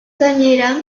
gainera